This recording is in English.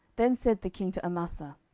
then said the king to amasa,